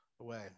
away